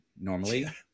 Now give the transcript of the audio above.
normally